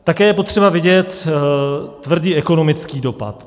Také je potřeba vidět tvrdý ekonomický dopad.